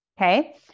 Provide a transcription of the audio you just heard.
Okay